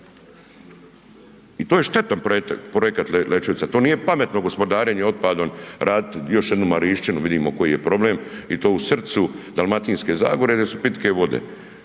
I to je štetan projekat Lećevica, to nije pametno gospodarenje otpadom raditi još jednu Marišćinu, vidimo koji je problem i to u srcu Dalmatinske zagore, gdje su pitke vode.